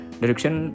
direction